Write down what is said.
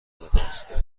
خواست